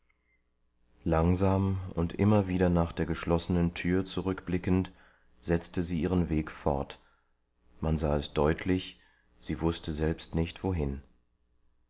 langsam und immer wieder nach der geschlossenen tür zurückblickend setzte sie ihren weg fort man sah es deutlich sie wußte selbst nicht wohin